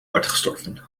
uitgestorven